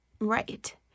Right